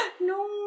no